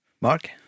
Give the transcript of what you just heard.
Mark